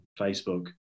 Facebook